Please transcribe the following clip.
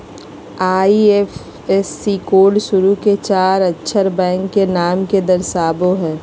IFSC code शुरू के चार अक्षर बैंक के नाम के दर्शावो हइ